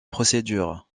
procédure